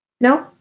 No